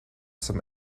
some